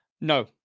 No